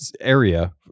area